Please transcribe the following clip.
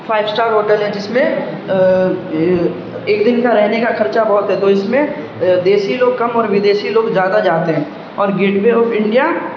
five star hotel ہے جس میں ایک دن کا رہنے کا خرچہ بہت ہے تو اس میں دیشی لوگ کم اور ودیشی لوگ زیادہ جاتے ہیں اور گیٹ وے آف انڈیا